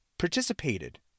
participated